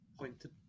pointed